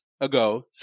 ago